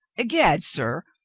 i'gad, sir,